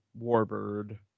warbird